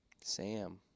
Sam